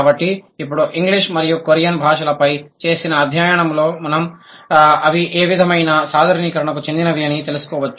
కాబట్టి ఇప్పుడు ఇంగ్లీషు మరియు కొరియన్ భాషలపై చేసిన అధ్యయనంలో మనం అవి ఏ విధమైన సాధారణీకరణకు చెందినవి అని తెలుసుకోవచ్చు